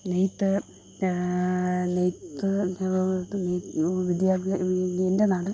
നെയ്ത്ത് നെയ്ത്ത് വിദ്യഭ്യാസം എൻ്റെ നാട്